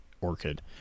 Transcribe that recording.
Orchid